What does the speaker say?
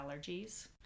allergies